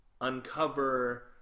uncover